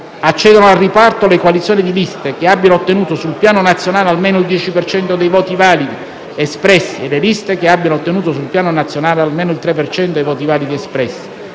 Accedono al riparto le coalizioni di liste che abbiano ottenuto sul piano nazionale almeno il 10 per cento dei voti validi espressi e le liste che abbiano ottenuto sul piano nazionale almeno il 3 per cento dei voti validi espressi,